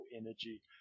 energy